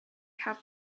have